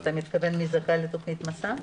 אתה מתכוון מי זכאי לתוכנית מסע?